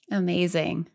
amazing